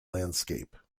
landscape